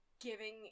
giving